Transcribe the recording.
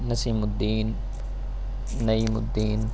نسیم الدین نعیم الدین